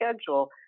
schedule